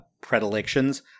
predilections